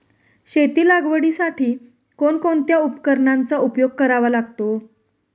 शेती लागवडीसाठी कोणकोणत्या उपकरणांचा उपयोग करावा लागतो?